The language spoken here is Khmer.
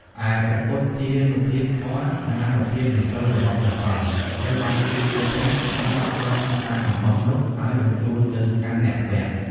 ឯ ព្រះពុទ្ធានុភាព ធម៌ និងអានុភាពនៃសីលរបស់ព្រះសង្ឃ ត្រូវបានគេជឿថាបានដក់ជាប់ក្នុងខ្សែអំបោះនោះ ហើយបញ្ជូនទៅកាន់អ្នកពាក់។